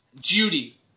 Judy